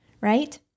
right